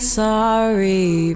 sorry